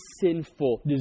sinful